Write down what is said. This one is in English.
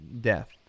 death